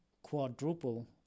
quadruple